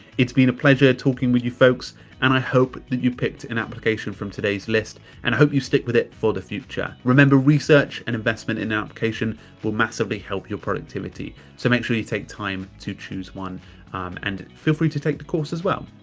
it's been a pleasure talking with you folks and i hope that you picked an application from today's list and i hope you stick with it for the future. remember research and investment in an application will massively help your productivity. so make sure you take time to choose one and feel free to take the course as well.